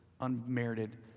unmerited